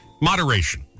moderation